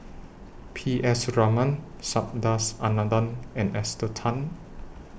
P S Raman Subhas Anandan and Esther Tan